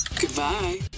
Goodbye